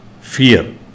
fear